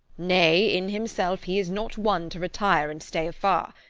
nay, in himself he is not one to retire and stay afar.